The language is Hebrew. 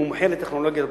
ומומחה לטכנולוגיה לבטיחות.